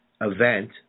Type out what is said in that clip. event